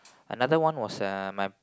another one was uh my